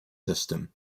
system